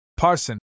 Parson